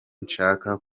nshaka